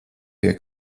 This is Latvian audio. pie